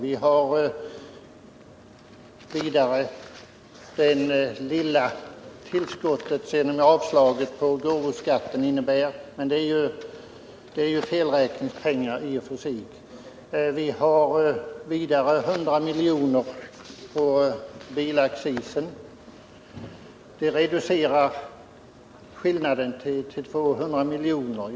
Vi har vidare det lilla tillskott som avslaget på regeringens förslag om gåvoskatt innebär, men det är i och för sig felräkningspengar. Vi har vidare 100 miljoner på bilaccisen. Det reducerar skillnaden till 200 milj.kr.